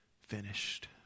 finished